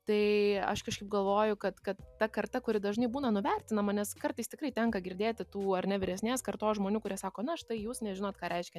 tai aš kažkaip galvoju kad kad ta karta kuri dažnai būna nuvertinama nes kartais tikrai tenka girdėti tų ar ne vyresnės kartos žmonių kurie sako na štai jūs nežinot ką reiškia